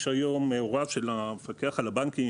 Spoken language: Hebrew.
יש היום הוראה של המפקח על הבנקים,